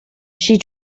she